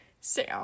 Sam